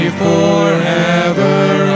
forever